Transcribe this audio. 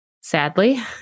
Sadly